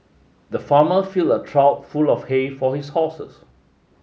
the farmer filled a trough full of hay for his horses